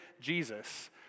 Jesus